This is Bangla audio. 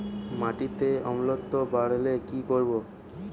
মাটিতে অম্লত্ব বাড়লে কি করব?